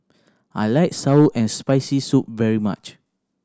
I like sour and Spicy Soup very much